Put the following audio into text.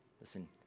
Listen